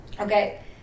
okay